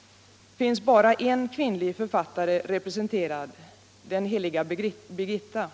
— finns bara en kvinnlig författare representerad, den heliga Birgitta.